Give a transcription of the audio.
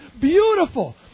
beautiful